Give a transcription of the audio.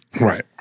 Right